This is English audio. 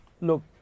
Look